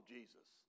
Jesus